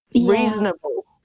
reasonable